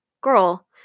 Girl